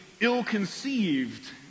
ill-conceived